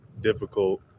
difficult